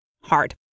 hard